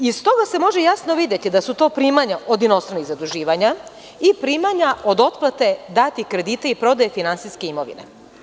Iz toga se jasno može videti da su to primanja od inostranih zaduživanja i primanja od otplate datih kredita i prodaje finansijske imovine.